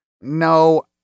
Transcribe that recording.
No